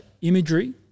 imagery